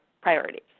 priorities